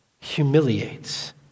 humiliates